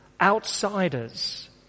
Outsiders